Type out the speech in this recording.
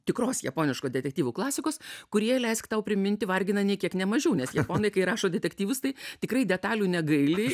tikros japoniškų detektyvų klasikos kurie leisk tau priminti vargina nei kiek ne mažiau nes japonai kai rašo detektyvus tai tikrai detalių negaili